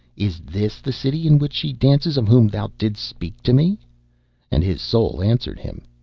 is this the city in which she dances of whom thou didst speak to me and his soul answered him,